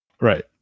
Right